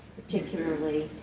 particularly